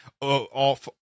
off